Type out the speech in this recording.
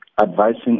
advising